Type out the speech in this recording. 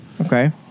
Okay